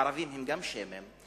הערבים הם גם שמיים,